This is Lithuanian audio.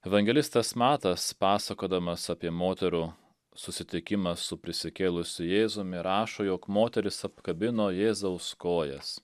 evangelistas matas pasakodamas apie moterų susitikimą su prisikėlusiu jėzumi rašo jog moterys apkabino jėzaus kojas